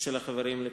של החברים לכך.